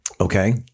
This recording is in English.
Okay